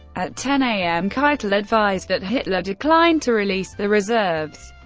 at ten am keitel advised that hitler declined to release the reserves,